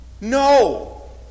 No